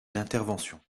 d’intervention